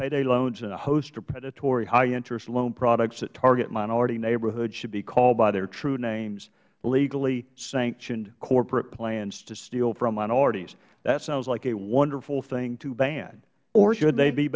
payday loans and a host of predatory highinterest loan products that target minority neighborhoods should be called by their true names legally sanctioned corporate plans to steal from minorities that sounds like a wonderful thing to ban should they be